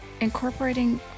Incorporating